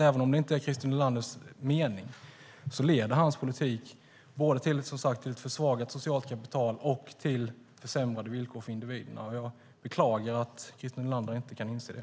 Även om det inte är Christer Nylanders mening leder hans politik både till ett försvagat socialt kapital och till försämrade villkor för individen. Jag beklagar att Christer Nylander inte inser det.